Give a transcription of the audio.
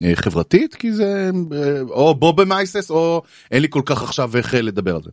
חברתית כי זה או בובה-מייסס או אין לי כל כך עכשיו איך לדבר על זה.